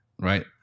right